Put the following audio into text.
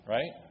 Right